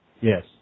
Yes